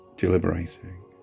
Deliberating